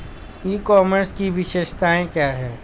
ई commerce की विशेषताएं क्या हैं?